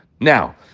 Now